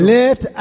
let